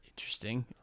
Interesting